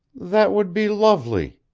that would be lovely,